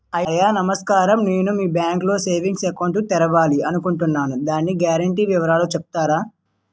అయ్యా నమస్కారం నేను మీ బ్యాంక్ లో సేవింగ్స్ అకౌంట్ తెరవాలి అనుకుంటున్నాను దాని గ్యారంటీ వివరాలు చెప్తారా?